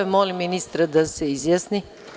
Molim ministra da se izjasni.